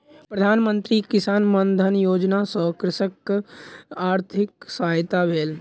प्रधान मंत्री किसान मानधन योजना सॅ कृषकक आर्थिक सहायता भेल